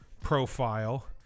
profile